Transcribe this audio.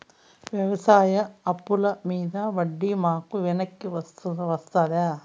వ్యవసాయ అప్పుల మీద వడ్డీ మాకు వెనక్కి వస్తదా?